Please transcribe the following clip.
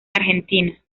argentina